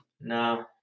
No